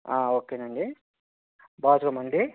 ఓకేనండీ bathroom అండీ